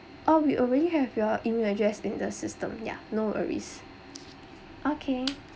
uh we already have your email address in the system ya no worries okay